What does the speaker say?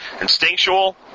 Instinctual